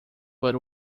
but